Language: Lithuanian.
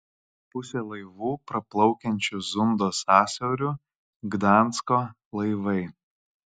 pusė laivų praplaukiančių zundo sąsiauriu gdansko laivai